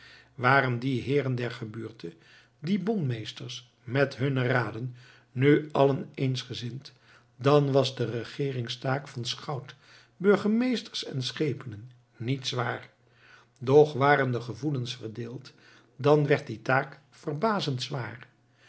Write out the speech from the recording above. waren die heeren der gebuurte die bonmeesters met hunne raden nu allen eensgezind dan was de regeeringstaak van schout burgemeesters en schepenen niet zwaar doch waren de gevoelens verdeeld dan werd die taak verbazend zwaar